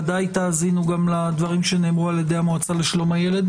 ודאי תאזינו גם לדברים שנאמרו על ידי המועצה לשלום הילד.